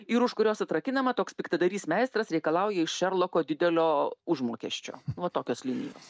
ir už kurios atrakinama toks piktadarys meistras reikalauja iš šerloko didelio užmokesčio va tokios linijos